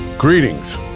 Greetings